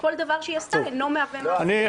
כל דבר שהיא עשתה אינו מהווה מעשה של פרישה.